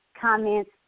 comments